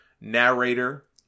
narrator